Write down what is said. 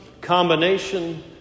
combination